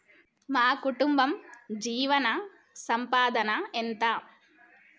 మా కుటుంబ జీవన సంపాదన ఎంత?